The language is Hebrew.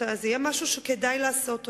זה יהיה משהו שכדאי לעשות אותו.